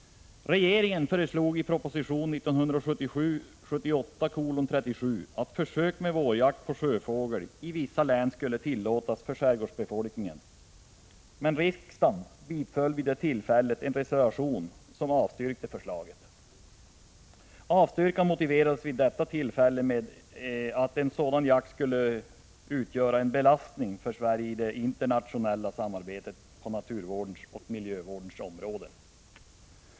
Regeringen föreslog i proposition 1977/78:37 att försök med vårjakt på sjöfågel i vissa län skulle tillåtas för skärgårdsbefolkningen, men riksdagen biföll vid det tillfället en reservation där förslaget avstyrktes. Avstyrkan motiverades med att en sådan jakt skulle utgöra en belastning för Sveriges del i det internationella samarbetet på naturvårdens och miljövårdens områden.